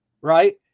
Right